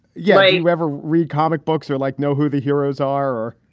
yeah you ever read comic books or like. know who the heroes are?